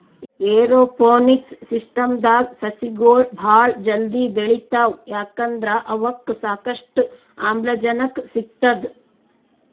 aeroponics ಸಿಸ್ಟಮ್ದಾಗ್ ಸಸಿಗೊಳ್ ಭಾಳ್ ಜಲ್ದಿ ಬೆಳಿತಾವ್ ಯಾಕಂದ್ರ್ ಅವಕ್ಕ್ ಸಾಕಷ್ಟು ಆಮ್ಲಜನಕ್ ಸಿಗ್ತದ್